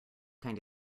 kind